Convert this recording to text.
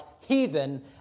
heathen